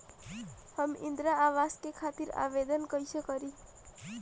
हम इंद्रा अवास के खातिर आवेदन कइसे करी?